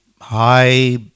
high